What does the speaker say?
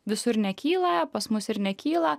visur nekyla pas mus ir nekyla